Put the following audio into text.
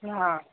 हा